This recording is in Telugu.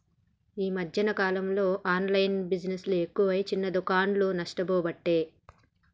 ఈ మధ్యన కాలంలో ఆన్లైన్ బిజినెస్ ఎక్కువై చిన్న దుకాండ్లు నష్టపోబట్టే